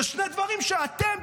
אלה שני דברים שאתם,